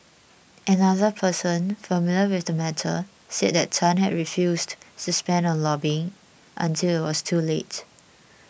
another person familiar with the matter said that Tan had refused to spend on lobbying until it was too late